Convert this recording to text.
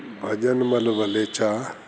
Bhajanmal Walecha